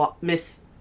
miss